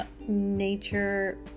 nature